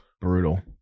brutal